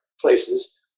places